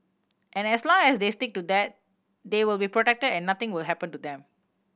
and as long as they stick to that they will be protected and nothing will happen to them